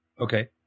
Okay